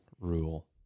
rule